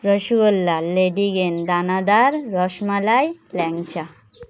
rasgulla ledikeni danadar rasmalai ল্যাংচা